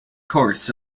course